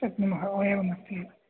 शक्नुमः ओ एवमस्ति